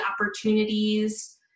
opportunities